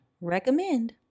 recommend